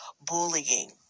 bullying